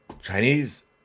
Chinese